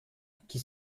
qui